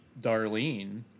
Darlene